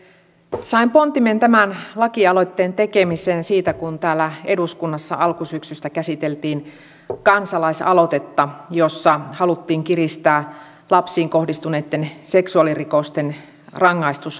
sain pontimen tämän lakialoitteen tekemiseen siitä kun täällä eduskunnassa alkusyksystä käsiteltiin kansalaisaloitetta jossa haluttiin kiristää lapsiin kohdistuneitten seksuaalirikosten rangaistusasteikkoa